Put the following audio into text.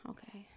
Okay